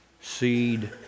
Seed